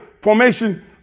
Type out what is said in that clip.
formation